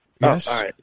Yes